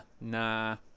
nah